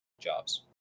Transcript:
Jobs